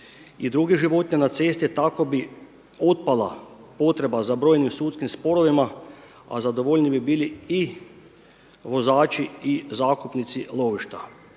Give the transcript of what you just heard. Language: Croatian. i druge životinje na cesti. Tako bi otpala potreba za brojnim sudskim sporovima, a zadovoljniji bi bili i vozači i zakupnici lovišta.